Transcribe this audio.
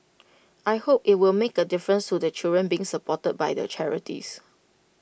I hope IT will make A difference to the children being supported by the charities